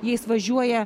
jais važiuoja